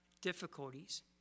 Difficulties